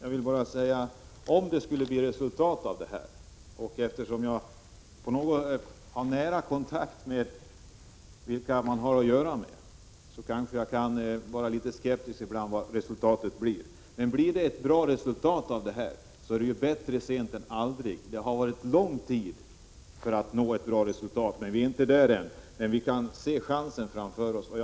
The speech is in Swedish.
Fru talman! Eftersom jag har nära kontakt med dem man här har att göra med är jag kanske litet skeptisk till vad som kan åstadkommas. Men blir det ett bra resultat, så är det bättre sent än aldrig. Det har tagit lång tid att nå ett gott resultat, och vi är inte där ännu. Vi kan emellertid se att det ändå finns en chans.